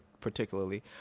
particularly